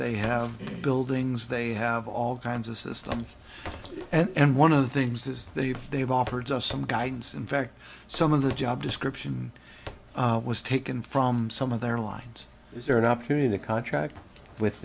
they have buildings they have all kinds of systems and one of the things is they've they've offered some guidance in fact some of the job description was taken from some of the airlines is there an opportunity to contract with